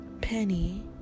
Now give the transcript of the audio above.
Penny